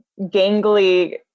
gangly